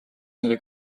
neile